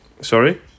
Sorry